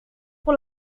pour